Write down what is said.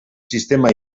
sistema